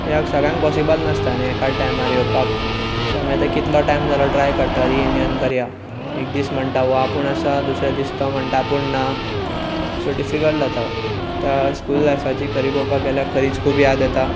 कित्याक सगळ्यांक पोसिबल नासता न्ही एकात टायमार येवपाक सो आमी आतां कितलो टायम जालो ट्राय करता रियुनीयन करया एक हो म्हणटा आपूण आसा दुसऱ्या दीस तो म्हणटा आपूण ना सो डिफीकल्ट जाता आतां खरी पळोवपाक गेल्यार स्कूल लायफाची खरी खूब याद येता